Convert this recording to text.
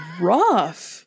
rough